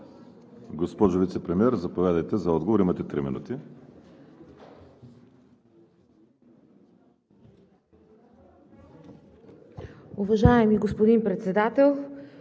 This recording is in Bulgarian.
Госпожо Вицепремиер, заповядайте за отговор – имате три минути.